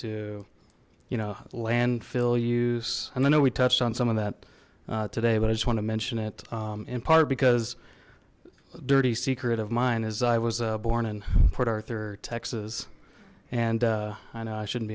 to you know landfill use and i know we touched on some of that today but i just want to mention it in part because dirty secret of mine is i was born in port arthur texas and i know i shouldn't